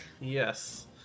Yes